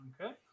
Okay